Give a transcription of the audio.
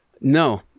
No